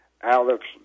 Alex